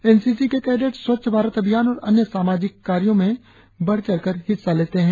N C C के cadet Swachh Bharat Abhiyan और अन्य सामाजिक कार्यों में बढ़ चढ़ कर हिस्सा लेते है